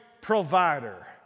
provider